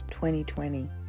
2020